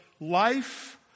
life